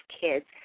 kids